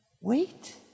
Wait